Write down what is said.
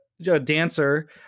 dancer